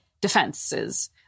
defenses